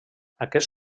aquest